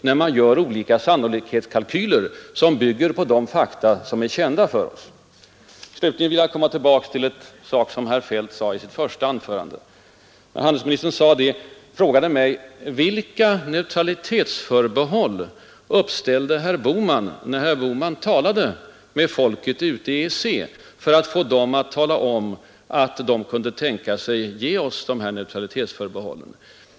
Det gäller sannolikhetskalkyler, som bygger på de fakta som är kända för oss. Slutligen vill jag komma tillbaka till något som herr Feldt sade i sitt första anförande. Handelsministern frågade mig vilka neutralitetsförbehåll herr Bohman uppställde när herr Bohman talade med folk ute i EEC för att få dem att försäkra att de kunde tänka sig att ge oss dessa neutralitetsförbehåll.